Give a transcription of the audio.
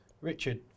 Richard